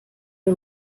the